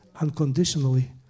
unconditionally